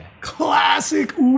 classic